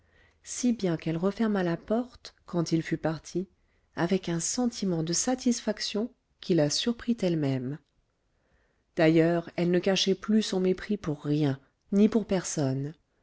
si bien qu'elle referma la porte quand il fut parti avec un sentiment de satisfaction qui la surprit elle-même d'ailleurs elle ne cachait plus son mépris pour rien ni pour personne